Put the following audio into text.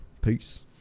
peace